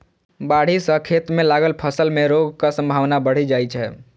बाढ़ि सं खेत मे लागल फसल मे रोगक संभावना बढ़ि जाइ छै